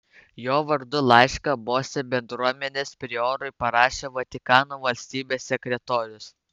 jo vardu laišką bose bendruomenės priorui parašė vatikano valstybės sekretorius